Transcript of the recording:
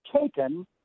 taken